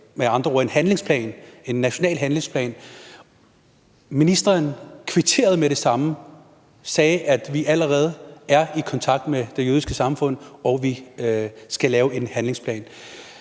med andre ord en handlingsplan, en national handlingsplan. Ministeren kvitterede med det samme og sagde: Vi er allerede i kontakt med Det Jødiske Samfund, og vi skal lave en handlingsplan.